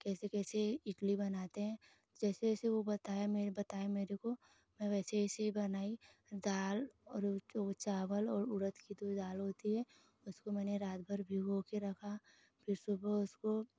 कैसे कैसे इडली बनाते हैं जैसे जैसे वो बताया मेरे बताया मेरे को मैं वैसे वैसे बनाई दाल और उ चावल और उड़द की जो दाल होती है उसको मैंने रात भर भिगो कर रखा फिर सुबह उसको